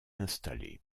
installer